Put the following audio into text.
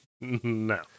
no